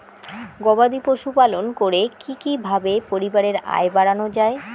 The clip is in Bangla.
গবাদি পশু পালন করে কি কিভাবে পরিবারের আয় বাড়ানো যায়?